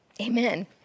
Amen